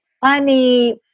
funny